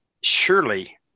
surely